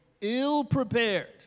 ill-prepared